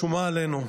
שומה עלינו,